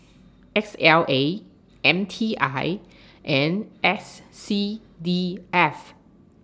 S L A M T I and S C V F